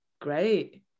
great